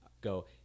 go